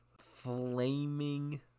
flaming